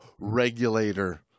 regulator